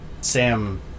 Sam